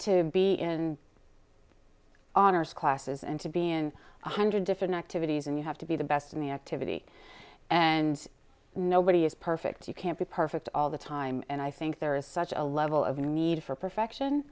to be in honors classes and to be in a hundred different activities and you have to be the best in the activity and nobody is perfect you can't be perfect all the time and i think there is such a level of a need for perfection